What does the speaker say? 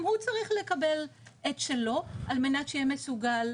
גם הוא צריך לקבל את שלו על מנת שיהיה מסוגל.